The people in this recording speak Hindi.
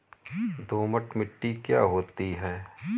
दोमट मिट्टी क्या होती हैं?